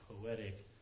poetic